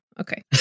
okay